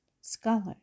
scholar